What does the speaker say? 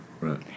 Right